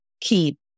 keep